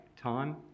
time